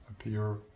appear